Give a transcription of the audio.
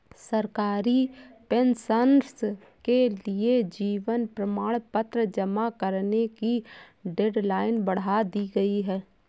सरकारी पेंशनर्स के लिए जीवन प्रमाण पत्र जमा करने की डेडलाइन बढ़ा दी गई है